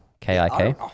K-I-K